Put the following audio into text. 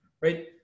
right